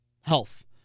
Health